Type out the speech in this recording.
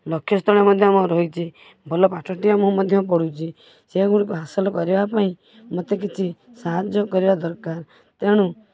ଲକ୍ଷ୍ୟସ୍ଥଳରେ ମଧ୍ୟ ରହିଛି ଭଲ ପାଠଟିଏ ମୁଁ ମଧ୍ୟ ପଢ଼ୁଛି ସେଗୁଡ଼ିକ ହାସଲ କରିବା ପାଇଁ ମୋତେ କିଛି ସାହାଯ୍ୟ କରିବା ଦରକାର ତେଣୁ